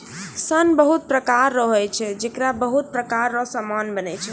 सन बहुत प्रकार रो होय छै जेकरा बहुत प्रकार रो समान बनै छै